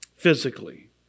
Physically